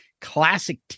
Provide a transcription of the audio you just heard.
classic